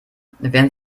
wenn